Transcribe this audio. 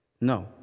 No